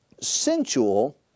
sensual